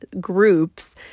groups